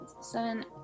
Seven